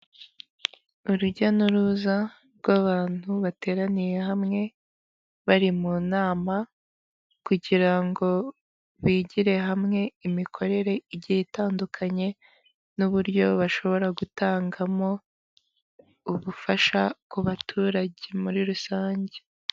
Urujya n'uruza rw'abantu bateraniye hamwe bari mu nama, kugirango bigire hamwe imikorere itandukanye n'uburyo bashobora gutangamo ubufasha ku baturage muri rusange.